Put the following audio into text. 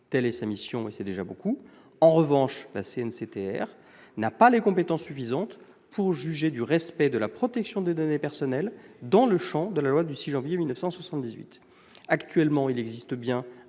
Telle est sa mission et c'est déjà beaucoup ! En revanche, la CNCTR n'est pas compétente pour juger du respect de la protection des données personnelles dans le champ de la loi du 6 janvier 1978. Actuellement, il existe bien